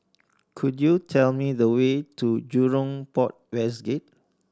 could you tell me the way to Jurong Port West Gate